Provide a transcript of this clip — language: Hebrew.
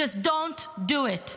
Just don't do it,